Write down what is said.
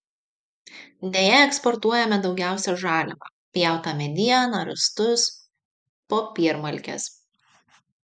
deja eksportuojame daugiausiai žaliavą pjautą medieną rąstus popiermalkes